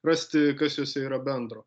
rasti kas jose yra bendro